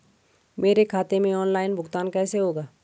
मेरे खाते में ऑनलाइन भुगतान कैसे होगा?